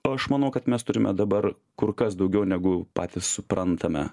aš manau kad mes turime dabar kur kas daugiau negu patys suprantame